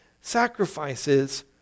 sacrifices